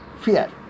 fear